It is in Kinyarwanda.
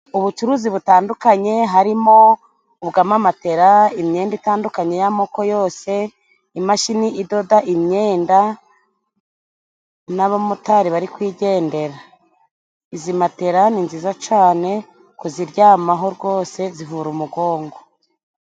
Ubucuruzi butandukanye harimo ubwa amamatera, imyenda itandukanye y'amoko yose, imashini idoda imyenda, n'abamotari bari kwigendera. Izi matera ni nziza cane kuziryamaho rwose zivura umugongo.